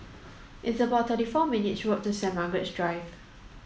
it's about thirty four minutes' walk to Saint Margaret's Drive